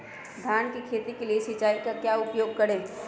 धान की खेती के लिए सिंचाई का क्या उपयोग करें?